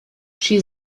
she